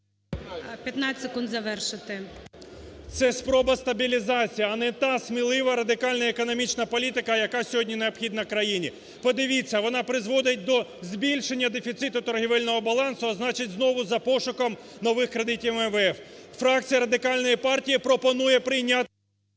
Це спроба стабілізації, а не та смілива радикально-економічна політика, яка сьогодні необхідна країні. Подивіться, вона призводить до збільшення дефіциту торгівельного балансу, а значить знову за пошуком нових кредитів МВФ. Фракція Радикальної партії пропонує прийняти…